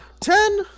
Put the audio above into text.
ten